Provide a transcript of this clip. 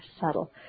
subtle